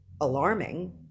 alarming